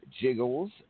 Jiggles